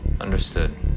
Understood